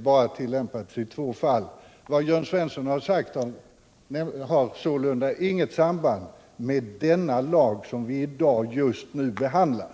bara tillämpats i två fall. Vad Jörn Svensson har sagt har sålunda inget samband med den lag som vi i dag och just nu behandlar.